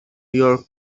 york